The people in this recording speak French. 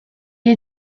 est